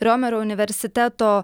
riomerio universiteto